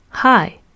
Hi